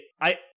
I-